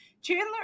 Chandler